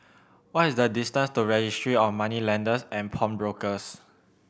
what is the distance to Registry of Moneylenders and Pawnbrokers